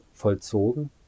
vollzogen